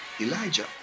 Elijah